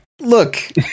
Look